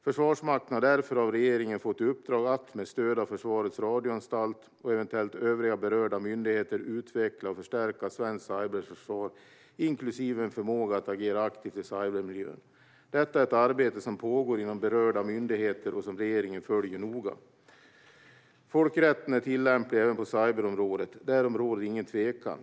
Försvarsmakten har därför av regeringen fått i uppdrag att, med stöd av Försvarets radioanstalt och eventuellt övriga berörda myndigheter, utveckla och förstärka svenskt cyberförsvar, inklusive en förmåga att agera aktivt i cybermiljön. Detta är ett arbete som pågår inom berörda myndigheter och som regeringen följer noga. Folkrätten är tillämplig även på cyberområdet. Därom råder ingen tvekan.